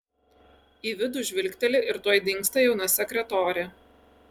į vidų žvilgteli ir tuoj dingsta jauna sekretorė